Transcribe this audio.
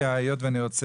אלא אם כן המעלון נדרש